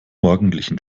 morgendlichen